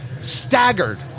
staggered